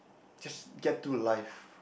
just get to life